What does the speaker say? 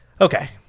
Okay